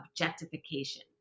objectification